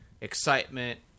excitement